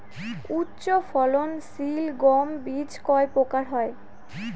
উচ্চ ফলন সিল গম বীজ কয় প্রকার হয়?